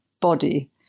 body